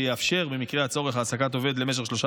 שיאפשר במקרה הצורך העסקת עובד למשך שלושה